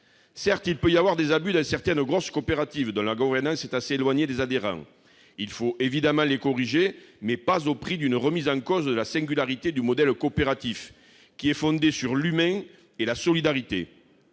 Certes, il peut y avoir des abus dans certaines grosses coopératives, dont la gouvernance est assez éloignée des adhérents. Il faut évidemment les corriger, mais pas au prix d'une remise en cause de la singularité du modèle coopératif, qui est fondé sur l'humain et la solidarité.